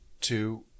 two